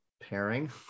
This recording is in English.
pairing